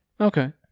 Okay